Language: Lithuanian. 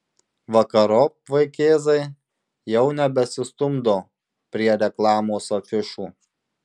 vakarop vaikėzai jau nebesistumdo prie reklamos afišų